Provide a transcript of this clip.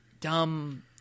dumb